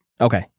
Okay